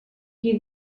qui